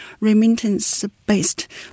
remittance-based